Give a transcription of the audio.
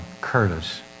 Curtis